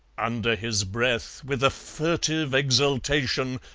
under his breath, with a furtive exultation,